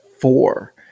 four